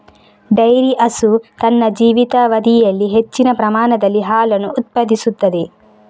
dairy ಹಸು ತನ್ನ ಜೀವಿತಾವಧಿಯಲ್ಲಿ ಹೆಚ್ಚಿನ ಪ್ರಮಾಣದಲ್ಲಿ ಹಾಲನ್ನು ಉತ್ಪಾದಿಸುತ್ತದೆ